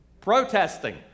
protesting